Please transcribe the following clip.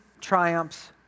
triumphs